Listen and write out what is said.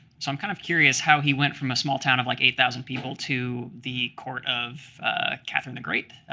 so i'm kind of curious how he went from a small town of, like, eight thousand people to the court of catherine the great.